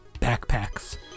backpacks